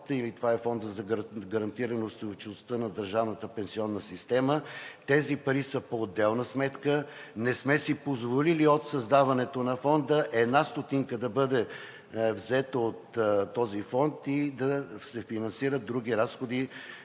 или това е Фондът за гарантиране устойчивостта на държавната пенсионна система. Тези пари са по отделна сметка, не сме си позволили от създаването на Фонда да бъде взета една стотинка от него и да се финансират други разходи